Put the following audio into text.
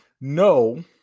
No